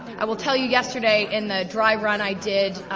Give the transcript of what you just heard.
i will tell you yesterday, in the dry run i did,